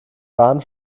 bahn